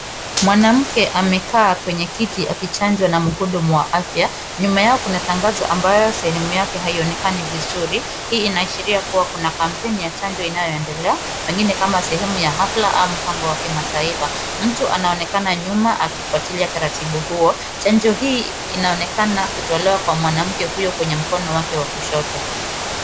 Mwanamke amekaa kwenye kiti akichanjwa na mhudumu wa afya. Nyuma yao kuna tangazo ambayo sehemu yake haionekani vizuri. Hii inaashiria kuwa kuna ya chanjo yanayoendelea pengine kama sehemu ya hafla au mpango wa kimataifa. Mtu anaonekana nyuma akifuatilia taratibu huo. Chanjo hii inaonekana kotolewa kwa mwanamke huyo kwenye mkono wake wa kushoto.